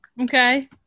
Okay